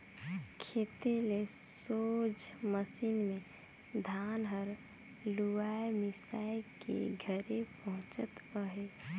खेते ले सोझ मसीन मे धान हर लुवाए मिसाए के घरे पहुचत अहे